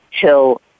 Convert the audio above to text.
till